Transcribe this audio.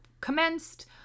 commenced